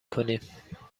کنیم